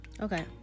okay